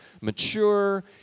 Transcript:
mature